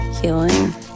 healing